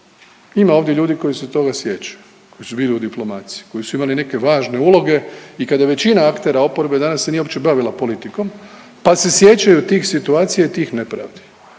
Ima ovdje ljudi koji se toga sjećaju koji su bili u diplomaciji, koji su imali neke važne uloge i kada većina aktera oporbe danas se nije uopće bavila politikom pa se sjećaju tih situacija i tih nepravdi,